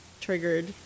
triggered